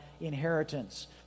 inheritance